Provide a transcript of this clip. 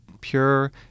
pure